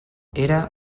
era